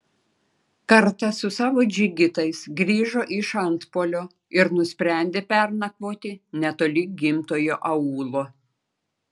kartą su savo džigitais grįžo iš antpuolio ir nusprendė pernakvoti netoli gimtojo aūlo